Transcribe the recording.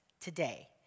today